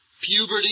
Puberty